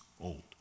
old